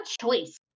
choice